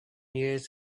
years